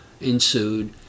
ensued